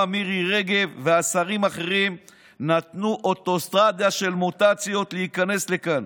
מירי רגב ושרים אחרים נתנו לאוטוסטרדה של מוטציות להיכנס לכאן.